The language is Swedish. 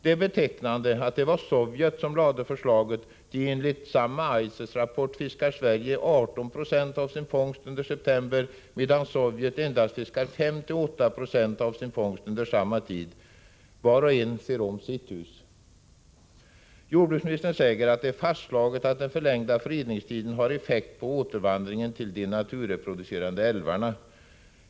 Det är betecknande att det var Sovjet som lade fram förslaget, ty enligt samma ICES-rapport fiskar Sverige 18 20 av sin fångst under september, medan Sovjet endast fiskar 5-8 26 av sin fångst under samma tid. Var och en ser om sitt hus. Jordbruksministern säger att det är fastslaget att den förlängda fredningstiden har effekt på återvandringen till de naturreproducerande älvarna.